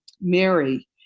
Mary